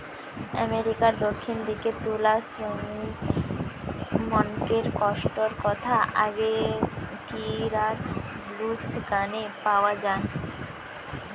আমেরিকার দক্ষিণ দিকের তুলা শ্রমিকমনকের কষ্টর কথা আগেকিরার ব্লুজ গানে পাওয়া যায়